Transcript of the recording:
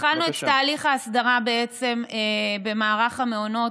התחלנו את תהליך ההסדרה במערך המעונות